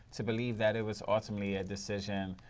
to believe that it was ultimately a decision